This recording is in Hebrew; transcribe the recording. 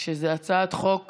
הצעת חוק